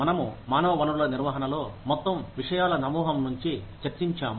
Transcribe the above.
మనము మానవ వనరుల నిర్వహణలో మొత్తం విషయాల సమూహం నుంచి చర్చించాము